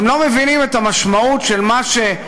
אתם לא מבינים את המשמעות של מה שנעשה?